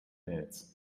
minutes